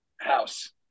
House